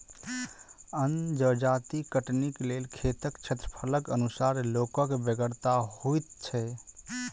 अन्न जजाति कटनीक लेल खेतक क्षेत्रफलक अनुसार लोकक बेगरता होइत छै